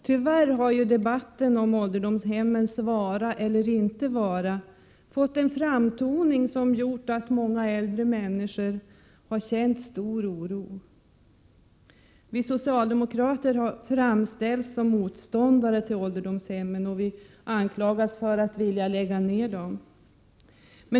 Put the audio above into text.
Tyvärr har debatten om ålderdomshemmens vara eller icke vara fått en framtoning som gjort att många äldre människor har känt stor oro. Vi socialdemokrater har framställts som motståndare till ålderdomshemmen och har anklagats för att vilja lägga ned dem.